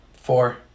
Four